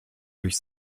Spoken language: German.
durch